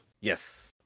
Yes